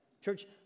church